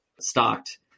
stocked